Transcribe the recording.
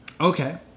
Okay